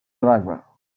driver